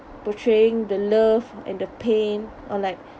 portraying the love and the pain or like